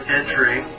entering